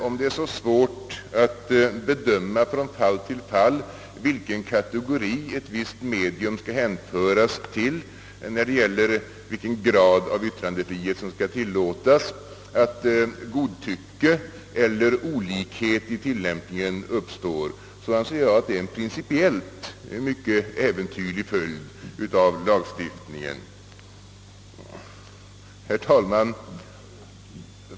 Om det är så svårt att bedöma från fall till fall, vilken kategori ett visst medium skall hänföras till när det gäller vilken grad av yttrandefrihet som skall tillåtas, att godtycke eller olikhet i tillämpningen uppstår, så anser jag att det är en principiellt mycket äventyrlig följd av lagstiftningen. Herr talman!